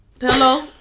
Hello